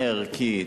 ערכי,